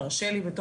תרשה לי לומר,